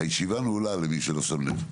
הישיבה נעולה למי שלא שם לב.